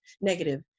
negative